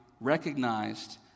recognized